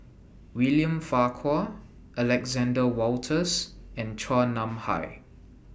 William Farquhar Alexander Wolters and Chua Nam Hai